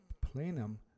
plenum